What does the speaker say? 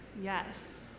Yes